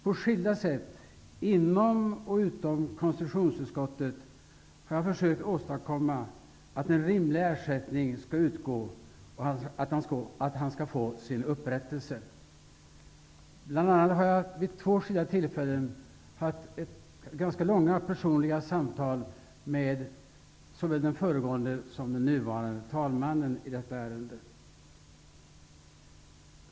På skilda sätt, inom och utom konstitutionsutskottet, har jag försökt åstadkomma att en rimlig ersättning skall utgå och att han skall få sin upprättelse. Jag har bl.a. vid två skilda tillfällen haft ganska långa personliga samtal med såväl den föregående som den nuvarande talmannen i detta ärende.